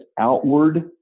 outward